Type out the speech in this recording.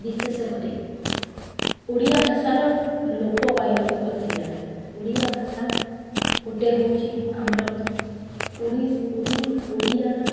ବିଶେଷ କରି ଓଡ଼ିଆ ଭାଷାର ଲୋପ ପାଇବାକୁ ବସିଲାଣି ଓଡ଼ିଆ ଭାଷା ଗୋଟିଏ ହେଉଛି ଆମର ଓଡ଼ିଆର